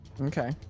Okay